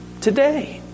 today